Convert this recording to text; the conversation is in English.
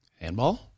handball